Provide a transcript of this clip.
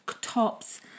tops